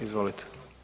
Izvolite.